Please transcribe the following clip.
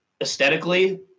aesthetically